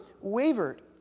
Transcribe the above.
wavered